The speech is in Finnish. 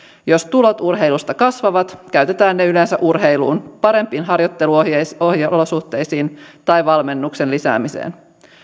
jos tulot urheilusta kasvavat käytetään ne yleensä urheiluun parempiin harjoitteluolosuhteisiin tai valmennuksen lisäämiseen